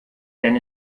denn